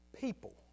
People